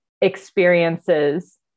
experiences